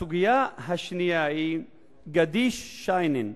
הסוגיה השנייה היא גדיש-שיינין.